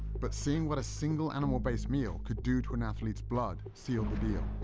but seeing what a single animal-based meal could do to an athlete's blood sealed the deal.